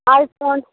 I phone